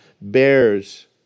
bears